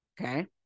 okay